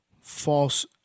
false